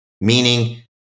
Meaning